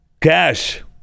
Cash